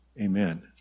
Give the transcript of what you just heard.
Amen